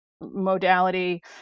modality